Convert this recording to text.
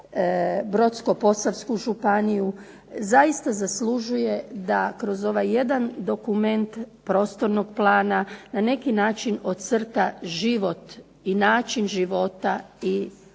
Brodsko-posavsku županiju, zaista zaslužuje da kroz ovaj jedan dokument prostornog plana na neki način ocrta život i način života i uopće